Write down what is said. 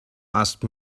asked